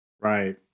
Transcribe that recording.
Right